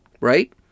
right